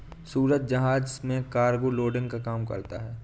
सूरज जहाज में cargo loading का काम करता है